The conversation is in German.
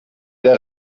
der